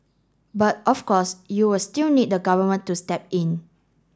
but of course you'll still need the Government to step in